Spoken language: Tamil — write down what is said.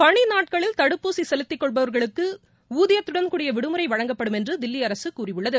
பணி நாட்களில் தடுப்பூசி செலுத்திக் கொள்பவர்களுக்கு ஊதியத்துடன் கூடிய விடுமுறை வழங்கப்படும் என்று தில்லி அரசு கூறியுள்ளது